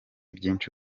byinshi